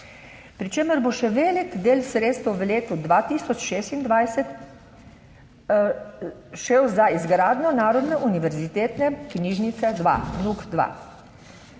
pri čemer bo še velik del sredstev v letu 2026 šel za izgradnjo Narodne univerzitetne knjižnice dva, NUK2.